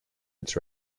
its